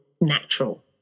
natural